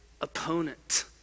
opponent